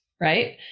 right